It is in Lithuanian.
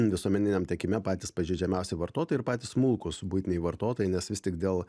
visuomeniniam tiekime patys pažeidžiamiausi vartotojai ir patys smulkūs buitiniai vartotojai nes vis tik dėl